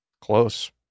Close